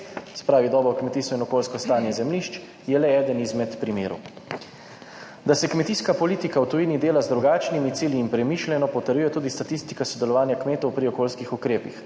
pravi dobro kmetijstva in okoljsko stanje zemljišč, je le eden izmed primerov. Da se kmetijska politika v tujini dela z drugačnimi cilji in premišljeno, potrjuje tudi statistika sodelovanja kmetov pri okoljskih ukrepih.